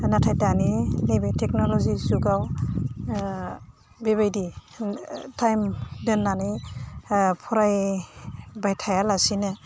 नाथाय दानि नैबे टेक्न'लजि जुगाव बेबायदि टाइम दोन्नानै फरायबाय थायालासिनो